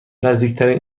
نزدیکترین